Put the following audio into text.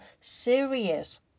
serious